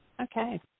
Okay